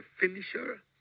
finisher